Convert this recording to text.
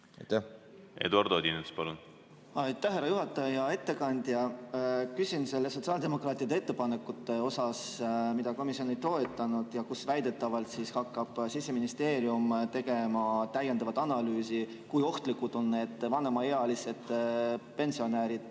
Aitäh, härra juhataja! Hea ettekandja! Küsin selle sotsiaaldemokraatide ettepaneku kohta, mida komisjon ei toetanud ja kus väidetavalt hakkab Siseministeerium tegema täiendavat analüüsi [selle kohta], kui ohtlikud on need vanemaealised pensionärid